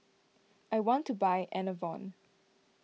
I want to buy Enervon